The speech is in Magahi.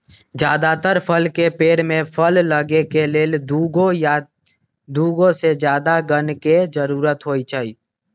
जदातर फल के पेड़ में फल लगे के लेल दुगो या दुगो से जादा गण के जरूरत होई छई